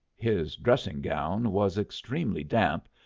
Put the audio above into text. his dressing-gown was extremely damp,